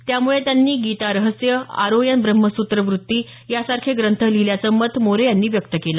त्यामुळे त्यांनी गीतारहस्य ओरायन ब्रह्मसूत्र वृत्ती यासारखे ग्रंथ लिहिल्याचं मत मोरे यांनी व्यक्त केलं